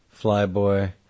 Flyboy